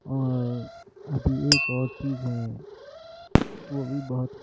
اور ابھی ایک اور چیز ہے وہ بھی بہت